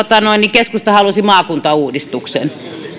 keskusta halusi maakuntauudistuksen